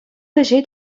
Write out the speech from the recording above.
ӗҫе